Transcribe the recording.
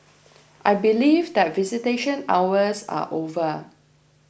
I believe that visitation hours are over